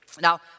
Now